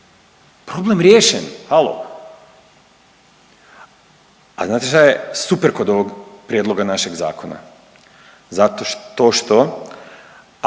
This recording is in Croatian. Problem riješen, halo. A znate šta je super kod ovog prijedloga našeg zakona? Zato to